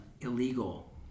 illegal